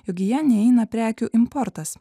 jog į ją neįeina prekių importas